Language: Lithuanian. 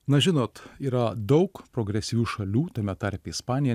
na žinot yra daug progresyvių šalių tame tarpe ispanija